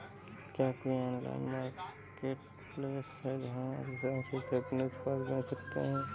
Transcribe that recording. क्या कोई online marketplace है जहाँ किसान सीधे अपने उत्पाद बेच सकते हैं?